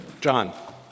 John